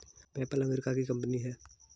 PayPal America की company है